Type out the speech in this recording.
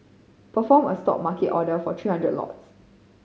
perform a Stop market order for three hundred lots